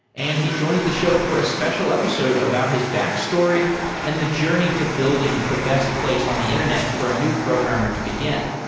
and he joins the show for a special episode about his back story and the journey to building the best place on the internet for a new programmer to begin.